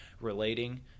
relating